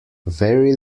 very